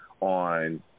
on